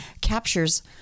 captures